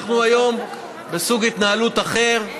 אנחנו היום בסוג התנהלות אחר.